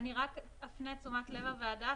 אני רק אפנה את תשומת לב הוועדה,